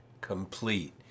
complete